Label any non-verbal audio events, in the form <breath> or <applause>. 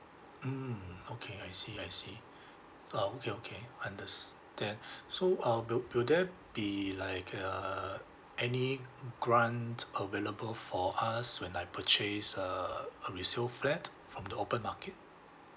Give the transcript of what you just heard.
mm okay I see I see <breath> uh okay okay understand <breath> so uh will will there be like a any mm grant available for us when I purchase err <noise> a resale flat from the open market